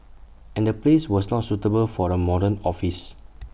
and the place was not suitable for A modern office